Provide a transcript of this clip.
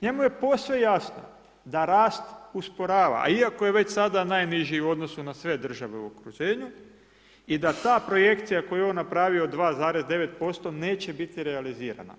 Njemu je posve jasno da rast usporava, a iako je sada najniži u odnosu na sve države u okruženju i da ta projekcija koju je on napravio 2,9% neće biti realizirana.